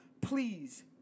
Please